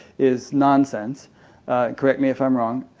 is nonsense correct me if i'm wrong.